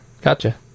gotcha